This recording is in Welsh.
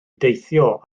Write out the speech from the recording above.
deithio